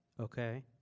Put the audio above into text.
Okay